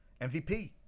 MVP